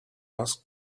asked